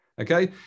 Okay